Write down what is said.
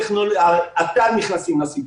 את"ן נכנסים לסיפור,